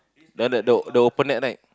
then the the open net right